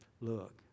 look